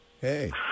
Hey